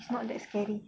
it's not that scary